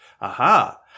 aha